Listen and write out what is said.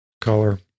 color